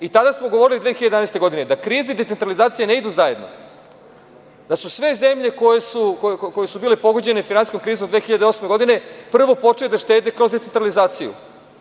I tada smo govorili 2011. godine da kriza i centralizacija ne idu zajedno, da sve zemlje koje su bile pogođene finansijskom krizom 2008. godine prvo su počele da štede kroz decentralizaciju.